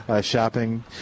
shopping